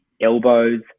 elbows